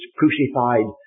crucified